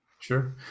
Sure